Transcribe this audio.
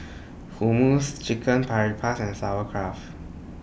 Hummus Chicken and Sauerkraut